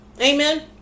Amen